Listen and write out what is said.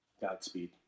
Godspeed